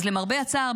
אז למרבה הצער,